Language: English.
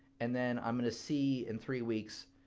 and then i'm gonna see in three weeks,